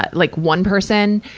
but like one person,